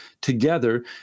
together